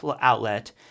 outlet